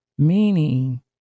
Meaning